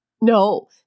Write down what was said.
No